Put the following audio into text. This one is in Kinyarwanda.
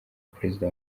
perezida